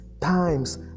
times